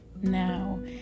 Now